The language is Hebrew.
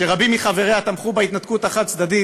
שרבים מחבריה תמכו בהתנתקות החד-צדדית,